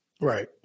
Right